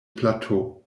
plateau